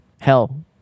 Hell